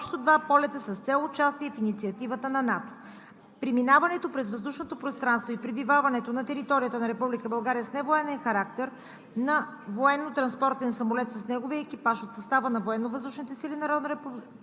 Разрешението е в сила за периода от 21 до 26 септември 2020 г. за общо два полета с цел участие в инициативата на НАТО. 2. Преминаването през въздушното пространство и пребиваването на територията на Република България с невоенен характер